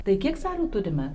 tai kiek salių turime